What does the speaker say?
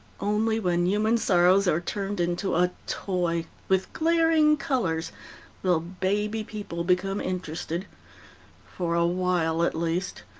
only when human sorrows are turned into a toy with glaring colors will baby people become interested for a while at least.